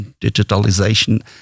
digitalization